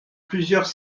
plusieurs